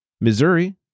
Missouri